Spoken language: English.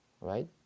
right